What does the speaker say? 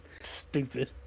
stupid